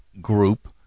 group